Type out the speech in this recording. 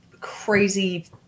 crazy